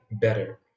better